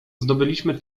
zdobyliśmy